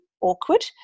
awkward